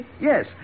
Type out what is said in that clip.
Yes